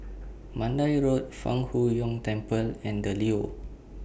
Mandai Road Fang Huo Yuan Temple and The Leo